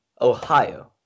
Ohio